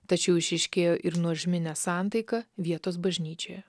tačiau išryškėjo ir nuožmi nesantaika vietos bažnyčioje